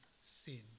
sin